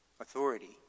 authority